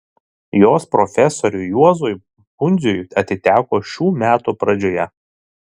jos profesoriui juozui pundziui atiteko šių metų pradžioje